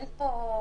אין פה חוק,